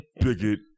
bigot